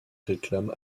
réclame